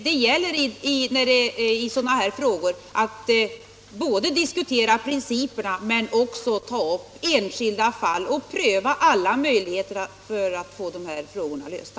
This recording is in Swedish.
Det gäller i sådana här sammanhang att diskutera principer men också att ta upp enskilda fall och pröva alla möjligheter att få de här problemen lösta.